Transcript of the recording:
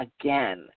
again